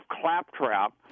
claptrap